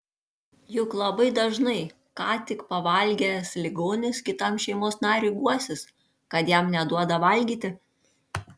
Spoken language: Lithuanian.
juk labai dažnai ką tik pavalgęs ligonis kitam šeimos nariui guosis kad jam neduoda valgyti